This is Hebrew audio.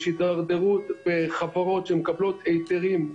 יש הידרדרות בחברות שמקבלות היתרים,